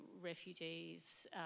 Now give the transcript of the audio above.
refugees